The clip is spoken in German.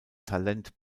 talent